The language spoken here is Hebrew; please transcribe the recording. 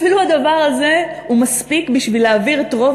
אפילו הדבר הזה מספיק בשביל להעביר את רוב